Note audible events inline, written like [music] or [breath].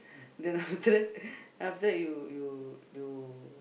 [breath] then after that after that you you you